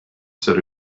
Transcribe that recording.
said